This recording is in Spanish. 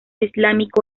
islámico